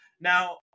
Now